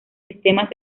sistemas